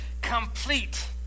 complete